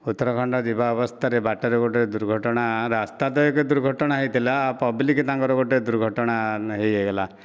ଉତ୍ତରାଖଣ୍ଡ ଯିବା ଅବସ୍ଥାରେ ବାଟରେ ଗୋଟିଏ ଦୁର୍ଘଟଣା ରାସ୍ତା ତ ଏକ ଦୁର୍ଘଟଣା ହୋଇଥିଲା ପବ୍ଲିକ ତାଙ୍କର ଗୋଟିଏ ଦୁର୍ଘଟଣା ହୋଇଗଲା